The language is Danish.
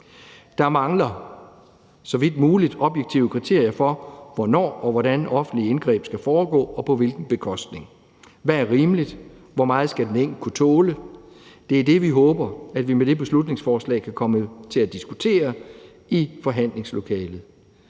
Der mangler så vidt muligt objektive kriterier for, hvordan offentlige indgreb skal foregå, og på hvilken bekostning. Hvad er rimeligt? Hvor meget skal den enkelte kunne tåle? Det er det, vi håber at vi med dette beslutningsforslag kan komme til at diskutere i forhandlingslokalet,